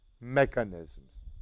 mechanisms